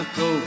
go